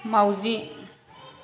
माउजि